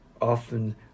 often